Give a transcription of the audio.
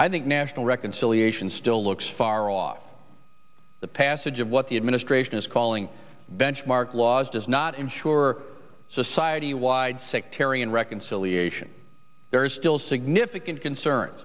i think national reconciliation still looks far off the passage of what the administration is calling benchmark laws does not ensure society wide sectarian reconciliation there is still significant concern